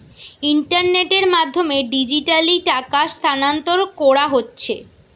ইন্টারনেটের মাধ্যমে ডিজিটালি টাকা স্থানান্তর কোরা হচ্ছে